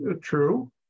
true